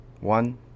One